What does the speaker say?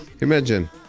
imagine